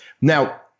Now